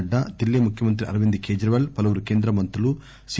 నడ్డా దిల్లీ ముఖ్యమంత్రి అరవింద్ కేజ్రీవాల్ పలువురు కేంద్ర మంత్రులు సి